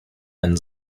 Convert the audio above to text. einen